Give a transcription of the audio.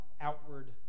outward